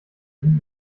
sind